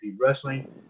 Wrestling